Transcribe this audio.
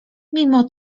mimo